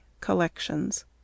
Collections